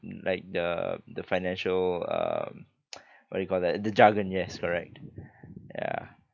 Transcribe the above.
like the the financial um what you call that the jargon yes correct ya